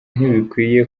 ntibikwiye